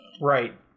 Right